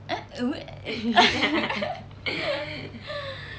eh